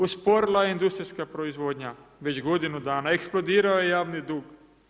Usporila je industrijska proizvodnja već godinu dana, eksplodirao je javni dug.